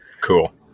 Cool